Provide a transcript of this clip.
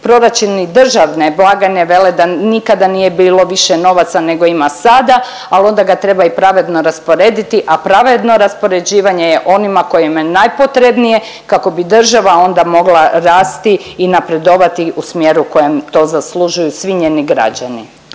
proračuni državne blagajne vele da nikada nije bilo više novaca nego ima sada, ali onda ga treba pravedno rasporediti, a pravedno raspoređivanje je onima kojima je nepotrebnije kako bi država onda mogla rasti i napredovati u smjeru u kojem to zaslužuju svi njeni građani.